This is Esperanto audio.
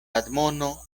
admono